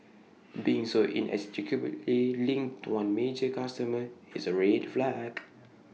being so inextricably linked to one major customer is A red flag